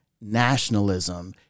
nationalism